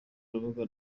urubuga